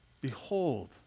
Behold